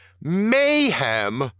Mayhem